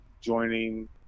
joining